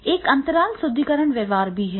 एक अंतराल सुदृढीकरण व्यवहार भी है